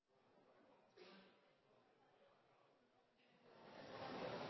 Skal jeg